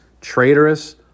traitorous